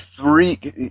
three